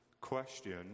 question